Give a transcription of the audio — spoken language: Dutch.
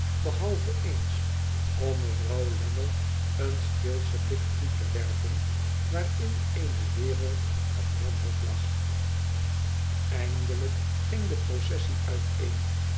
behalve ééns om mevrouw lammie een steelschen blik toe te werpen waarin eene wereld van wanhoop lag i ao onze wedkrzudsche vriend eindelijk ging de processie uiteen